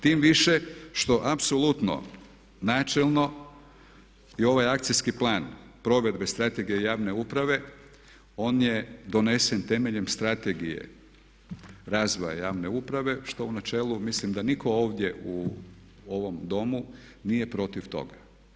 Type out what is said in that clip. Tim više što apsolutno, načelno i ovaj Akcijski plan provedbe Strategije javne uprave on je donesen temeljem Strategije razvoja javne uprave što u načelu mislim da nitko ovdje u ovom Domu nije protiv toga.